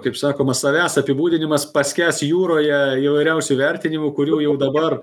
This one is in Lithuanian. kaip sakoma savęs apibūdinimas paskęs jūroje įvairiausių vertinimų kurių jau dabar